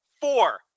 four